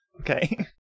Okay